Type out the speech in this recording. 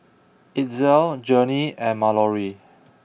Itzel Journey and Mallory